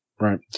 Right